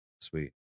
Sweet